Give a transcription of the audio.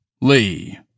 Lee